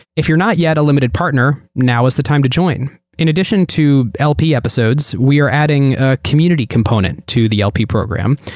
if you're not yet a limited partner, now is the time to join. in addition to lp episodes, we are adding a community component to the lp program.